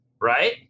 right